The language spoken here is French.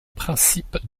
principe